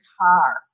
car